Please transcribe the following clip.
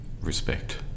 respect